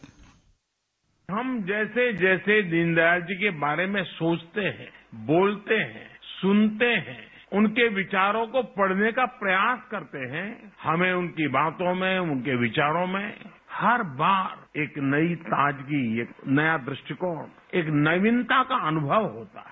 bite हम जैसे जैसे दीनदयाल जी के बारे में सोचते हैं बोलते हैं सुनते हैं उनके विचारों को पढ़ने का प्रयास करते हैं हमें उनकी बातों में उनके विचारों में हर बार एक नई ताजगी एक नया द्रष्टिकोण एक नवीनता का अनुभव होता है